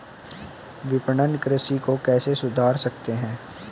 विपणन कृषि को कैसे सुधार सकते हैं?